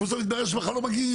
ובסוף יתברר שם בכלל לא מגיעים.